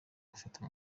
gufata